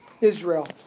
Israel